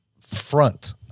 front